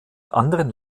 anderen